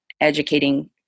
educating